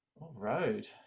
road